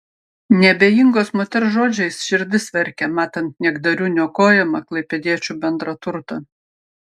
neabejingos moters žodžiais širdis verkia matant niekdarių niokojamą klaipėdiečių bendrą turtą